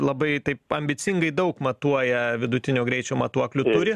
labai taip ambicingai daug matuoja vidutinio greičio matuoklių turi